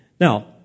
Now